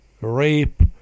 rape